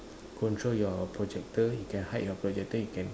control your projector you can hide your projector you can